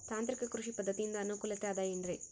ತಾಂತ್ರಿಕ ಕೃಷಿ ಪದ್ಧತಿಯಿಂದ ಅನುಕೂಲತೆ ಅದ ಏನ್ರಿ?